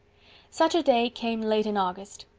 such a day came late in august.